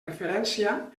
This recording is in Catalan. referència